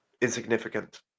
insignificant